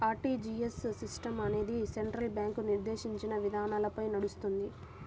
RTGS system అనేది central bank నిర్దేశించిన విధానాలపై నడుస్తుంది